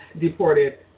deported